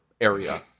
area